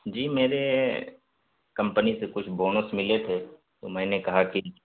جی میرے کمپنی سے کچھ بونس ملے تھے تو میں نے کہا کہ